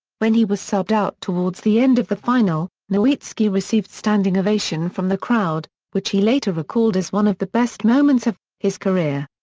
when he was subbed out towards the end of the final, nowitzki received standing ovation from the crowd, which he later recalled as one of the best moments of career.